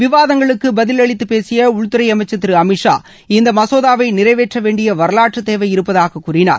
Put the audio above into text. விவாதங்களுக்கு பதிலளித்து பேசிய உள்தறை அமைச்சர் திரு அமித் ஷா இந்த மசோதாவை நிறைவேற்றவேண்டிய வரலாற்றுத்தேவை இருப்பதாக கூறினார்